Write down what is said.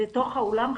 לתוך האולם חמישה.